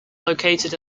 located